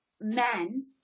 men